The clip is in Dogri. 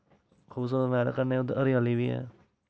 ते कन्नै उद्धर हरियाली बी ऐ